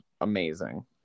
amazing